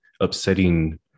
upsetting